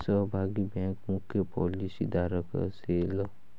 सहभागी बँक मुख्य पॉलिसीधारक असेल